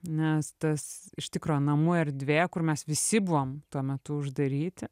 nes tas iš tikro namų erdvė kur mes visi buvom tuo metu uždaryti